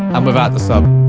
and without the sub.